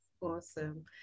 awesome